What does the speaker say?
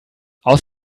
aus